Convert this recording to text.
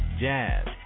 jazz